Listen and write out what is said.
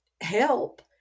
help